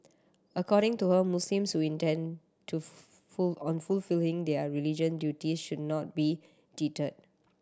according to her Muslims who intend to on fulfilling their religious duties should not be deterred